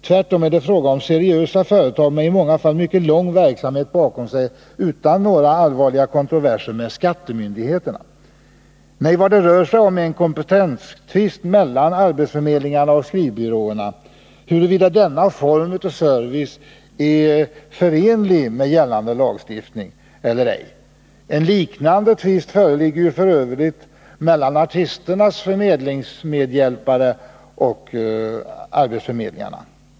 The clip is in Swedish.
Tvärtom är det fråga om seriösa företag med i många fall mycket lång verksamhet bakom sig utan några allvarliga kontroverser med skattemyndigheterna. Nej, vad det rör sig om är en kompetenstvist mellan arbetsförmedlingarna och skrivbyråerna, huruvida denna form av service är förenlig med gällande lagstiftning eller ej. En liknande tvist föreligger f. ö. mellan artisternas förmedlingsmedhjälpare och arbetsförmedlingarna.